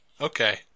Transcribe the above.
Okay